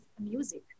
music